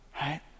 Right